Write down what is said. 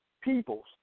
peoples